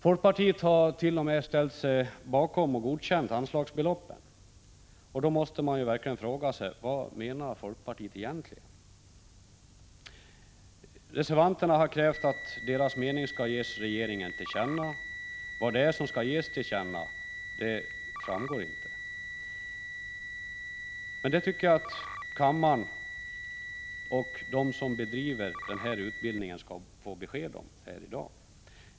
Folkpartiet har t.o.m. godkänt anslagsbeloppen. Man måste då verkligen fråga sig: Vad menar folkpartiet egentligen? Reservanterna har krävt att deras mening skall ges regeringen till känna. Vad det är som skall ges till känna framgår inte. Men det tycker jag att kammaren och de som bedriver denna utbildning bör få besked om här i dag.